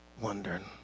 wondering